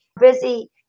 busy